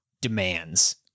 demands